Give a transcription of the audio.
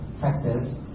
factors